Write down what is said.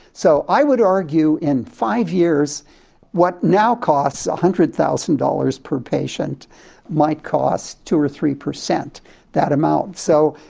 so i would argue in five years what now costs one hundred thousand dollars per patient might cost two or three per cent that amount. so,